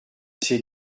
ces